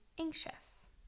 anxious